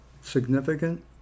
significant